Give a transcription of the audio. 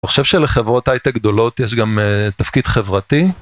אני חושב שלחברות הייטק גדולות יש גם תפקיד חברתי.